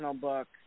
book